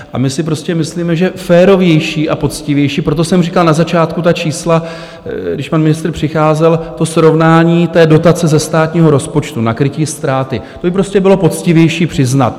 A my si prostě myslíme, že férovější a poctivější proto jsem říkal na začátku ta čísla, když pan ministr přicházel, srovnání dotace ze státního rozpočtu na krytí ztráty to by prostě bylo poctivější přiznat.